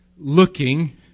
looking